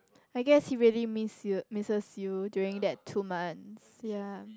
I guess he really miss you misses you during that two months ya